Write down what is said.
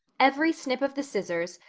every snip of the scissors,